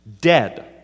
Dead